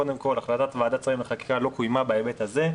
קודם כול החלטת ועדת שרים לחקיקה לא קוימה בהיבט הזה,